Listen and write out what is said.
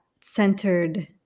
centered